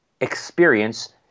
experience